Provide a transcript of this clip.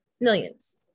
millions